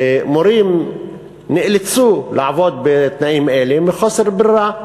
ומורים נאלצו לעבוד בתנאים אלה מחוסר ברירה.